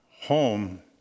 home